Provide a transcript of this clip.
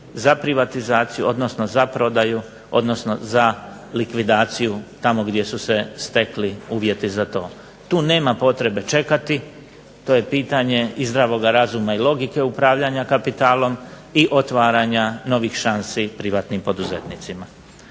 za privatizaciju odnosno za prodaju, odnosno za likvidaciju tamo gdje su se stekli uvjeti za to. Tu nema potrebe čekati, to je pitanje i zdravoga razuma i logike upravljanja kapitalom i otvaranja novih šansi privatnim poduzetnicima.